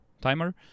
timer